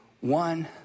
one